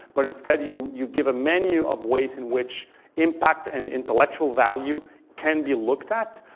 but instead you you give a menu of ways in which impact and intellectual value can be looked at